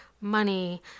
money